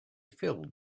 filled